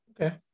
Okay